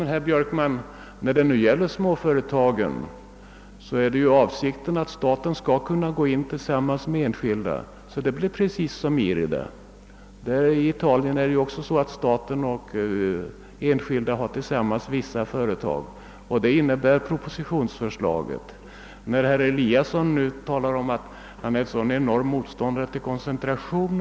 Men, herr Björkman, när det gäller småföretagen är ju avsikten att staten skall kunna gå in tillsammans med enskilda. Det överensstämmer alltså helt med IRI; i Italien är det också så att staten och enskilda tillsammans äger vissa företag. Avsikten med propositionens förslag är att så skall kunna ske även här. Herr Eliasson i Sundborn säger att han är motståndare till koncentration.